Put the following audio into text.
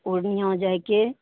पूर्णिया जाइके